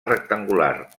rectangular